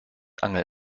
angel